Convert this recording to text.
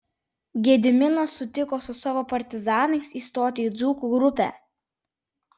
gediminas sutiko su savo partizanais įstoti į dzūkų grupę